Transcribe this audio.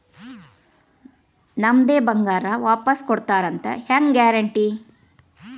ನಮ್ಮದೇ ಬಂಗಾರ ವಾಪಸ್ ಕೊಡ್ತಾರಂತ ಹೆಂಗ್ ಗ್ಯಾರಂಟಿ?